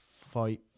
fight